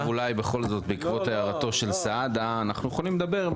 עכשיו אולי בעקבות הערתו של סעדה אנחנו יכולים לדבר,